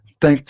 thanks